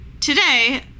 today